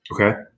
okay